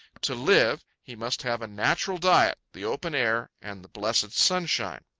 to live, he must have a natural diet, the open air, and the blessed sunshine.